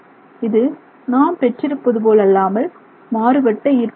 இது நாம் பெற்றிருப்பது போல் அல்லாமல் மாறுபட்ட ஈர்ப்பு விசை